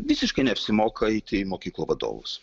visiškai neapsimoka eiti į mokyklų vadovus